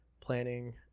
planning